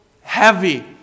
heavy